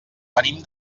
venim